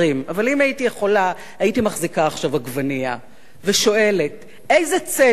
אבל אם הייתי יכולה הייתי מחזיקה עכשיו עגבנייה ושואלת: איזה צדק יש